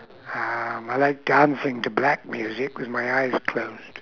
um I like dancing to black music with my eyes closed